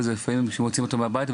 לפעמים זה שמוציאים אותו מהבית,